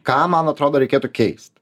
ką man atrodo reikėtų keist